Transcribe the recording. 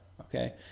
okay